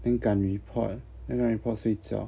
then 赶 report then 赶完 report 睡觉